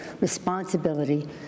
responsibility